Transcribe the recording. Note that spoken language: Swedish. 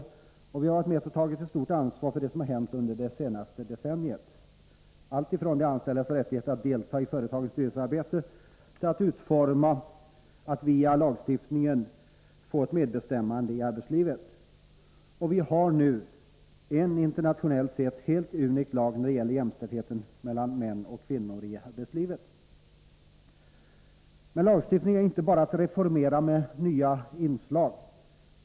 Vi har också varit med och tagit stort ansvar för det som har hänt under det senaste decenniet, alltifrån de anställdas rättighet att delta i företagens styrelsearbete till att via lagstiftningen utforma ett medbestämmande i arbetslivet. Vi har nu en internationellt sett helt unik lag när det gäller jämställdheten mellan män och kvinnor i arbetslivet. Men lagstiftning är inte bara att reformera med nya inslag.